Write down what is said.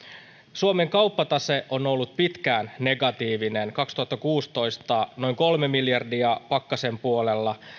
suomen kauppatase on ollut pitkään negatiivinen kaksituhattakuusitoista noin kolme miljardia pakkasen puolella